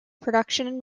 production